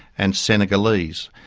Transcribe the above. and senegalese.